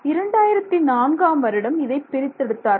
2004 ஆம் வருடம் இதை பிரித்தெடுத்தார்கள்